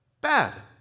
bad